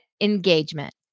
engagement